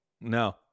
No